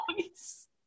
voice